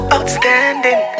Outstanding